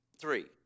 three